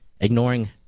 ignoring